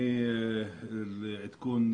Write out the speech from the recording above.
לעדכון,